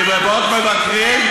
רבבות מבקרים,